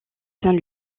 saint